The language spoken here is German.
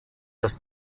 das